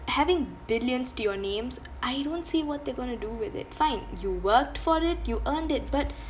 having billions to your names I don't see what they're going to do with it fine you worked for it you earned it but